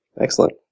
Excellent